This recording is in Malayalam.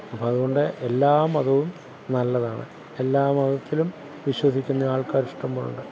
അപ്പം അതുകൊണ്ട് എല്ലാ മതവും നല്ലതാണ് എല്ലാ മതത്തിലും വിശ്വസിക്കുന്ന ആള്ക്കാരിഷ്ടം പോലെയുണ്ട്